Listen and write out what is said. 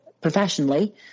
professionally